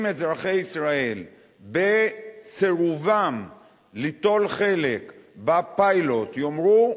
אם אזרחי ישראל בסירובם ליטול חלק בפיילוט יאמרו,